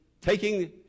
taking